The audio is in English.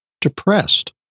depressed